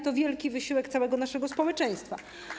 To wielki wysiłek naszego całego społeczeństwa.